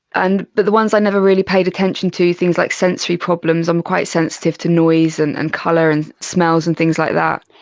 and but the ones i never really paid attention to, things like sensory problems, i'm quite sensitive to noise and and colour and smells and things like that.